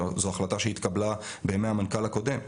זו החלטה שהתקבלה בימי המנכ"ל הקודם,